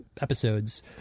episodes